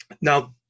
now